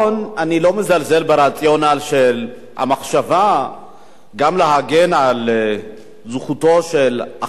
ואני לא מזלזל ברציונל של המחשבה שיש להגן על זכותו של החשוד